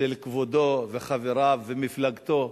של כבודו וחבריו, ומפלגתו,